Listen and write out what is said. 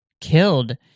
killed